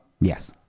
Yes